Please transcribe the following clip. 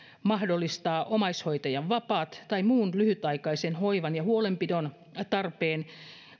mahdollistaa omaishoitajan vapaat tai muun lyhytaikaisen hoivan ja huolenpidon tarpeen